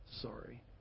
Sorry